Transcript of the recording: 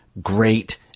great